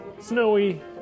snowy